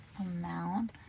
amount